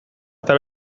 eta